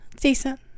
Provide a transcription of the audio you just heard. Decent